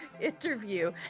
interview